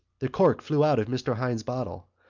the cork flew out of mr. hynes' bottle,